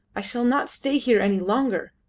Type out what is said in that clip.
i shall not stay here any longer,